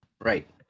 right